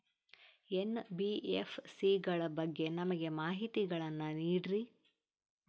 NBFC ಗಳ ಬಗ್ಗೆ ನಮಗೆ ಮಾಹಿತಿಗಳನ್ನ ನೀಡ್ರಿ?